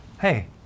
Hey